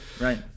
right